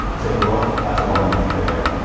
take a look at the one but you think they picked.